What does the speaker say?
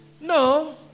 No